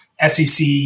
SEC